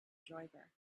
driver